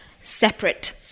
separate